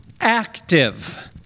active